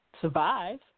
survive